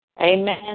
amen